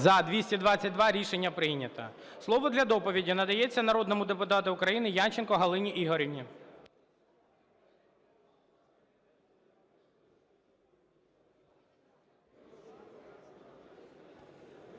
За-222 Рішення прийнято. Слово для доповіді надається народному депутату України Янченко Галині Ігорівні.